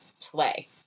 play